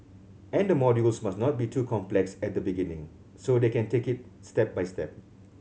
and the modules must not be too complex at the beginning so they can take it a step by step